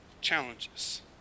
Challenges